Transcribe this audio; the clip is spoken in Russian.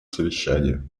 совещания